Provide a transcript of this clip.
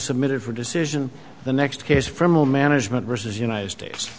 submitted for decision the next case from a management versus united states